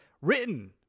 written